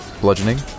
bludgeoning